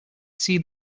see